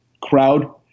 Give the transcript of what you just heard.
crowd